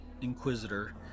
Inquisitor